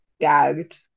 gagged